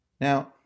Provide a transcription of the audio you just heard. Now